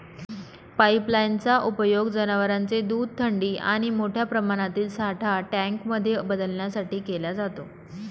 pipeline चा उपयोग जनवरांचे दूध थंडी आणि मोठ्या प्रमाणातील साठा टँक मध्ये बदलण्यासाठी केला जातो